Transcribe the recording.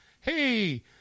hey